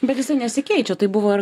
bet jisai nesikeičia taip buvo ir